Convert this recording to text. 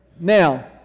Now